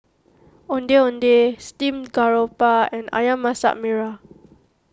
Ondeh Ondeh Steamed Garoupa and Ayam Masak Merah